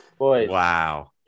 Wow